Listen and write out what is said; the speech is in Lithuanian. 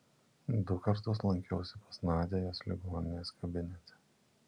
du kartus lankiausi pas nadią jos ligoninės kabinete